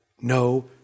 No